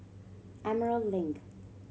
Emerald Link